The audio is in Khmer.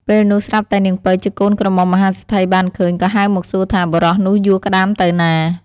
ពេលនោះស្រាប់តែនាងពៅជាកូនក្រមុំមហាសេដ្ឋីបានឃើញ ក៏ហៅមកសួរថា បុរសនោះយួរក្ដាមទៅណា។